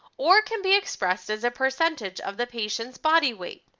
or can be expressed as a percentage of the patient's body weight.